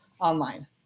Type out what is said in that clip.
online